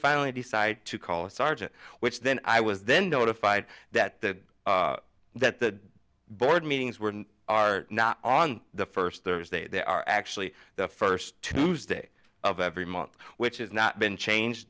finally decide to call a sergeant which then i was then notified that the that the board meetings were are not on the first thursday they are actually the first tuesday of every month which has not been changed